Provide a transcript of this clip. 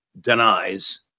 denies